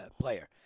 player